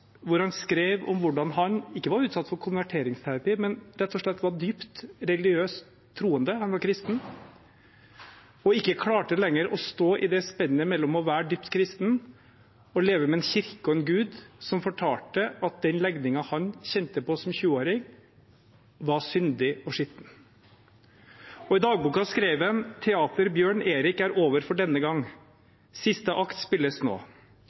hvor han skrev om hvordan han ikke var utsatt for konverteringsterapi, men rett og slett var dypt religiøs, dypt troende. Han var kristen og klarte ikke lenger å stå i det spennet mellom å være dypt kristen og leve med en kirke og en gud som fortalte at den legningen han kjente på som 20-åring, var syndig og skitten. I dagboken skrev han: «Teater Bjørn Erik er over for denne gang, siste akt spilles nå.